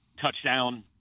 touchdown